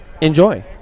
enjoy